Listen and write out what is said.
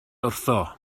wrtho